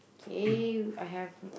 kay I have